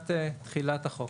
מבחינת תחילת החוק.